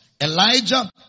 Elijah